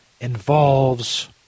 involves